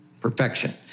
perfection